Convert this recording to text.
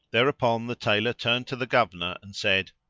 thereupon the tailor turned to the governor, and said,